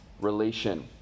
relation